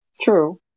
True